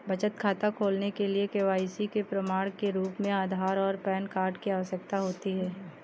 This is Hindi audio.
बचत खाता खोलने के लिए के.वाई.सी के प्रमाण के रूप में आधार और पैन कार्ड की आवश्यकता होती है